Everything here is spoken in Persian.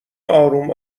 آروم